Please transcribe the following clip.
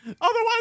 otherwise